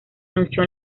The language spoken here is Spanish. anunció